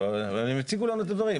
אבל הם הציגו לנו את הדברים.